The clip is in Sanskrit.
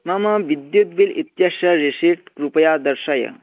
मम विद्युत् बिल् इत्यस्य रिशीट् कृपया दर्शय